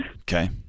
Okay